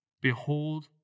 Behold